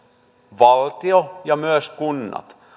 valtio ja myös kunnat